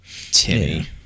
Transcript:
Timmy